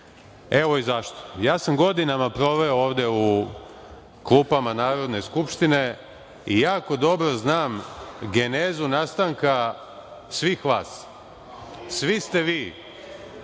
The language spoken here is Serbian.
Evo i zašto. Ja sam godinama proveo ovde u klupama Narodne skupštine i jako dobro znam genezu nastanka svih vas. Svi ste vi,